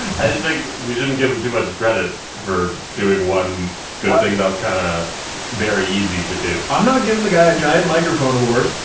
i just think we shouldn't give him too much credit for doing one good thing that was kind and of easy to do. i'm not giving the guy a giant microphone award.